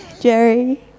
Jerry